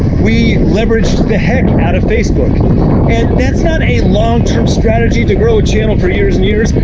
we leveraged the heck out of facebook and that's not a longterm strategy to grow a channel for years and years, but